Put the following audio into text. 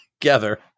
together